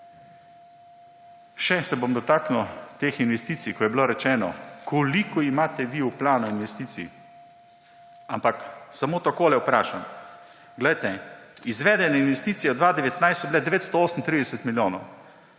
Še se bom dotaknil teh investicij. Bilo je rečeno, koliko imate vi v planu investicij. Ampak samo takole vprašam. Glejte, izvedene investicije v letu 2019 so bile 938 milijonov,